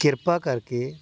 ਕਿਰਪਾ ਕਰਕੇ